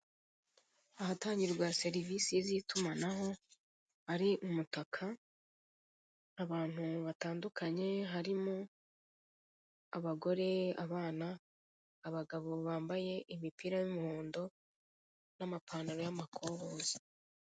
Ahatangirwa serivisi z'itumanaho hari umutaka, abantu batandukanye harimo abagore, abana, abagabo bambaye imipira y'umuhondo n'amapantaro y'amakoboyi.